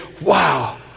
wow